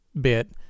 bit